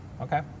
okay